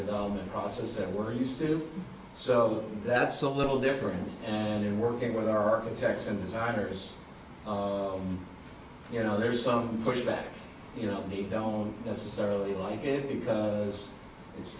development process that we're used to so that's a little different and in working with architects and designers you know there's some push back you know we don't necessarily like it because it's